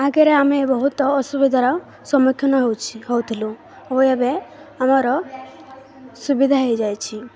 ଆଗରେ ଆମେ ବହୁତ ଅସୁବିଧାର ସମ୍ମୁଖୀନ ହେଉଛି ହେଉଥିଲୁ ଓ ଏବେ ଆମର ସୁବିଧା ହେଇଯାଇଛି